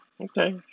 Okay